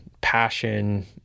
passion